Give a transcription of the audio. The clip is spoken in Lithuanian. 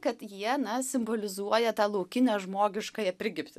kad jie na simbolizuoja tą laukinę žmogiškąją prigimtį